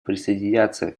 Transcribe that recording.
присоединятся